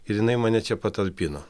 ir jinai mane čia patalpino